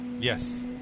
yes